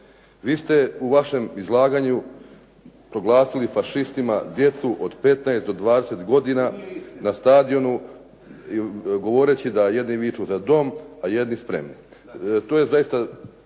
vi ste u vašem izlaganju proglasili fašistima djecu od 15 do 20 godina na stadionu govoreći da jedni viču "Za dom!" a jedni "Spremni!".